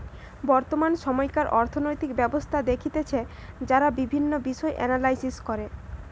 বর্তমান সময়কার অর্থনৈতিক ব্যবস্থা দেখতেছে যারা বিভিন্ন বিষয় এনালাইস করে